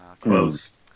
close